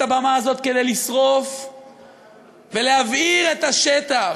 הבמה הזאת כדי לשרוף ולהבעיר את השטח,